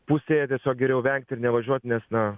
pusėje tiesiog geriau vengt ir nevažiuot nes na